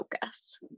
focus